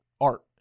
art